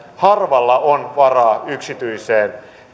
harvalla on varaa yksityisiin